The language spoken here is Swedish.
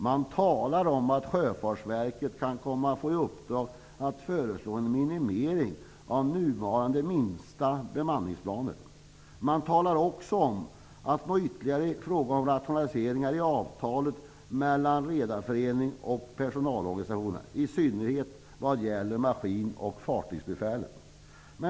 Man talar om att Sjöfartsverket kan komma att få i uppdrag att föreslå en sänkning av den nuvarande minimibemanningen. Man talar också om att nå ytterligare i fråga om rationaliseringar i avtalet mellan Redareföreningen och personalorganisationerna, i synnerhet vad gäller maskin och fartygsbefälen.